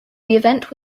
event